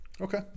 Okay